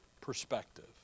perspective